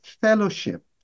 fellowship